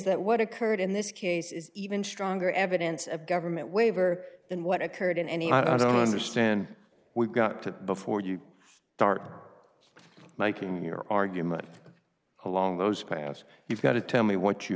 that what occurred in this case is even stronger evidence of government waiver than what occurred in any i don't understand we've got to before you start making your argument along those pass you've got to tell me what you